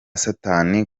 satani